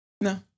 No